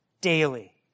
daily